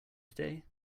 today